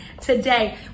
today